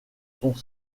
sont